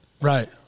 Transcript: Right